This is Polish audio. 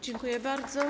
Dziękuję bardzo.